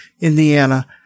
Indiana